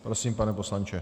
Prosím, pane poslanče.